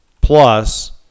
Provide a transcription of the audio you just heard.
plus